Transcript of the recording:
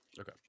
Okay